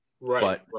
Right